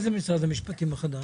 מה זה משרד המשפטים החדש?